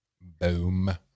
Boom